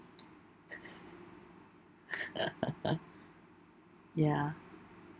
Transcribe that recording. ya